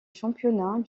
championnat